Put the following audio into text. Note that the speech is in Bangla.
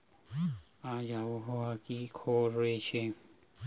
আজ আবহাওয়ার কি খবর রয়েছে?